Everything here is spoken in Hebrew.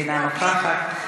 אינה נוכחת,